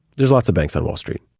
there are lots of banks on wall street.